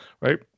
right